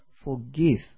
forgive